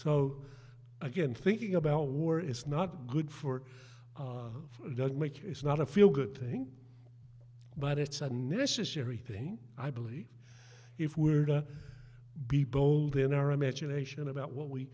so again thinking about war is not good for doesn't make is not a feel good thing but it's a necessary thing i believe if we were to be bold in our imagination about what we